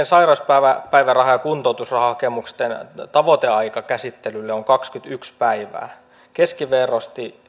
sairauspäiväraha ja kuntoutusrahahakemusten tavoiteaika käsittelylle on kaksikymmentäyksi päivää keskiverrosti